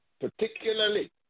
particularly